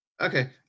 Okay